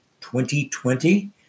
2020